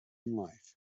life